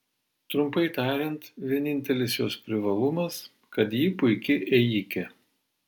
trumpai tariant vienintelis jos privalumas kad ji puiki ėjikė